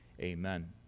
amen